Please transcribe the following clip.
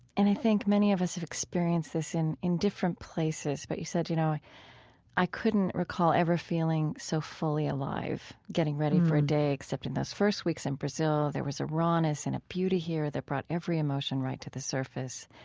and i think many of us have experienced this in in different places, but you said you know i couldn't recall ever feeling so fully alive getting ready for a day, except in those first weeks in brazil, there was a rawness and a beauty here that brought every emotion right to the surface.